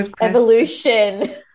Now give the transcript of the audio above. evolution